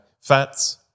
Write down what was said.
Fats